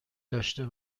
داشته